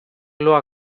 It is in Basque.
loa